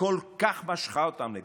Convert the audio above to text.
כל כך משכה אותם לכאן,